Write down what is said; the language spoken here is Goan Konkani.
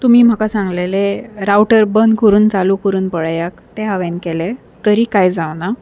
तुमी म्हाका सांगलेले रावटर बंद करून चालू करून पळयात तें हांवेन केलें तरी कांय जावना